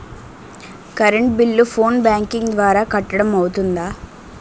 Current bill phone banking ద్వారా కట్టడం అవ్తుందా?